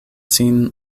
sin